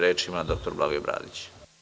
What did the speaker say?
Reč ima dr Blagoje Bradić.